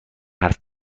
حرف